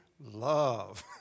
love